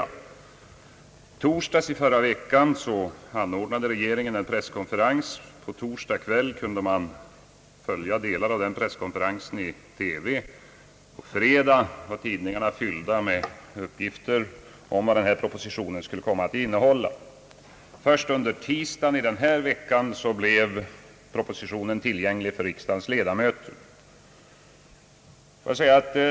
I torsdags i förra veckan anordnade regeringen en presskonferens. På kvällen samma dag kunde man följa delar av denna presskonferens i TV. På fredagen var tidningarna fyllda med uppgifter om vad propositionen skulle komma att innehålla. Först under tisdagen den här veckan blev propositionen tillgänglig för riksdagens ledamöter.